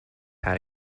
had